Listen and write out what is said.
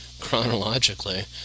chronologically